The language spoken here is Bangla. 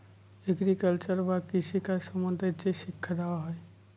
এগ্রিকালচার বা কৃষি কাজ সম্বন্ধে যে শিক্ষা দেওয়া হয়